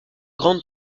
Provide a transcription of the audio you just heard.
grandes